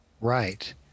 Right